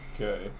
Okay